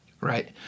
Right